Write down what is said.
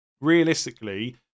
realistically